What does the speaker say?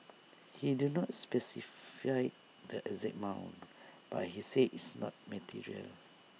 he do not specify the exact amount but he said it's not material